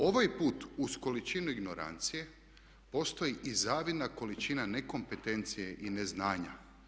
Ovaj put uz količinu ignorancije postoji i zavidna količina nekompetencije i neznanja.